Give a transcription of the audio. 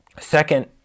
Second